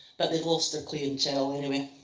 but they'd lost their clientele anyway.